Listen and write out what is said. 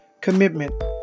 commitment